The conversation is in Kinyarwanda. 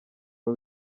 aho